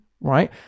right